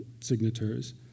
signatures